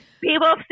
people